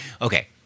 okay